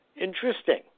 Interesting